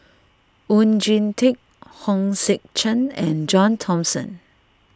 Oon Jin Teik Hong Sek Chern and John Thomson